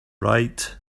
right